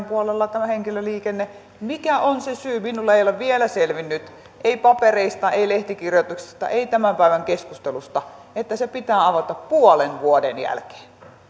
puolella tämä henkilöliikenne mikä on se syy minulle ei ole vielä selvinnyt ei papereista ei lehtikirjoituksista ei tämän päivän keskustelusta miksi se pitää avata puolen vuoden jälkeen